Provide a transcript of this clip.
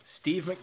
Steve